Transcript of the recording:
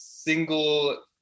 Single